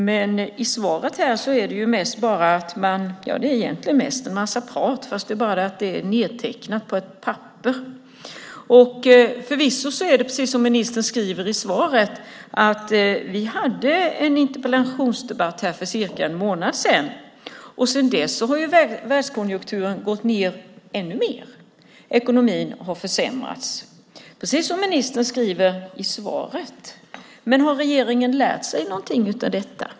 Men i svaret är det egentligen mest en massa prat som är nedtecknat på ett papper. Förvisso hade vi, precis som ministern skriver i svaret, en interpellationsdebatt här för cirka en månad sedan. Sedan dess har världskonjunkturen gått ned ännu mer, och ekonomin har försämrats, precis som ministern skriver i svaret. Men har regeringen lärt sig någonting av detta?